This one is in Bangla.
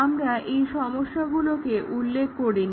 আমরা এই সমস্য গুলোকে উল্লেখ করিনি